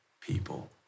people